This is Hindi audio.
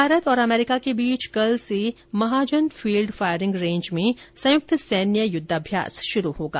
भारत और अमेरिका के बीच कल से महाजन फील्ड फायरिंग रेंज में संयुक्त सैन्य युद्ध अभ्यास शुरू होगा